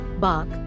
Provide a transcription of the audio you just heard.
bark